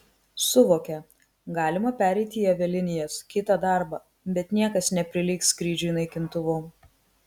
suvokia galima pereiti į avialinijas kitą darbą bet niekas neprilygs skrydžiui naikintuvu